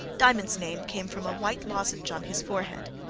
diamond's name came from a white lozenge on his forehead.